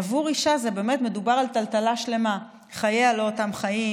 עבור אישה באמת מדובר על טלטלה שלמה: חייה הם לא אותם חיים,